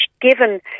given